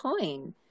coin